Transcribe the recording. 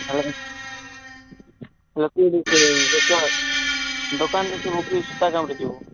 ଭଲରେ ଦୋକାନରେ ଯିବୁ କି ସୂତା କାମରେ ଯିବୁ